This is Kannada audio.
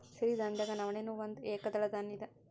ಸಿರಿಧಾನ್ಯದಾಗ ನವಣೆ ನೂ ಒಂದ ಏಕದಳ ಧಾನ್ಯ ಇದ